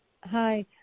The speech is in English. Hi